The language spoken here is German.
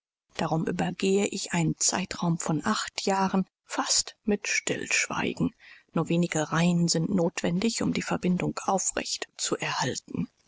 darum übergehe ich einen zeitraum von acht jahren fast mit stillschweigen nur wenige reihen sind notwendig um die verbindung aufrecht zu erhalten